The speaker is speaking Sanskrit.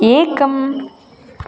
एकम्